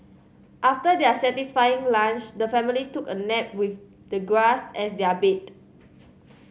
after their satisfying lunch the family took a nap with the grass as their bed